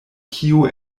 kio